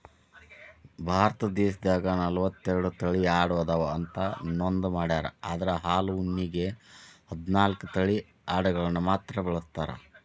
ಭಾರತ ದೇಶದಾಗ ನಲವತ್ತೆರಡು ತಳಿ ಆಡು ಅದಾವ ಅಂತ ನೋಂದ ಮಾಡ್ಯಾರ ಅದ್ರ ಹಾಲು ಉಣ್ಣೆಗೆ ಹದ್ನಾಲ್ಕ್ ತಳಿ ಅಡಗಳನ್ನ ಮಾತ್ರ ಬಳಸ್ತಾರ